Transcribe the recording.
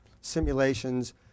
simulations